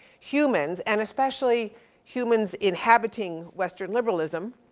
humans, and especially humans inhabiting western liberalism,